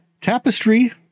Tapestry